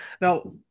Now